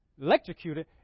electrocuted